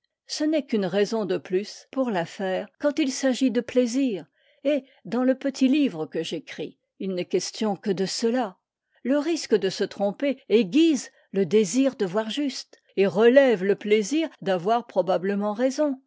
ce n'est qu'une raison de plus pour la faire quand il s'agit de plaisir et dans le petit livre que j'écris il n'est question que de cela le risque de se tromper aiguise le désir de voir juste et relève le plaisir d'avoir probablement raison